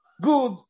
good